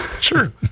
Sure